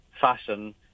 fashion